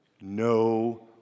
no